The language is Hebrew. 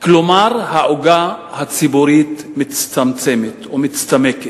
כלומר העוגה הציבורית מצטמצמת ומצטמקת.